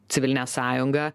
civilinė sąjunga